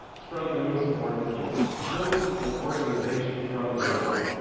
it's probably the most important thing. build an organization from day one.